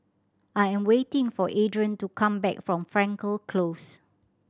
I am waiting for Adron to come back from Frankel Close